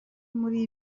muri